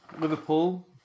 Liverpool